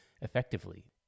effectively